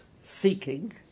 seeking